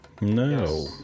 No